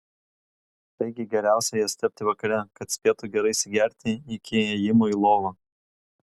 taigi geriausia jas tepti vakare kad spėtų gerai įsigerti iki ėjimo į lovą